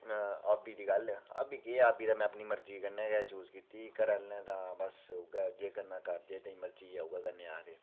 हाबी दी गल्ल ते हाबी केह् ऐ हाबी ते में अपनी मर्जी कन्नै गै चूज कीती घरै आह्लें दा बस उ'यै जे करना कर जे तेरी मर्जी ऐ उ'यै करने गी आखदे